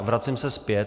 Vracím se zpět.